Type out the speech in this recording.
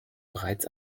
bereits